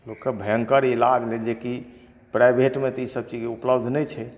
लोकके भयंकर इलाज लेल जेकि प्राइभेटमे तऽ इसब चीज उपलब्ध नहि छै